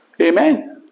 Amen